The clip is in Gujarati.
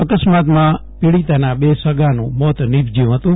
અકસ્માતમાં પીડીતાના બે સગાનું મૌત નીપજ્યુ હતું